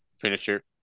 finisher